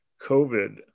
COVID